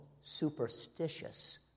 superstitious